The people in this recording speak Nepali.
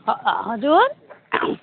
ह ह हजुर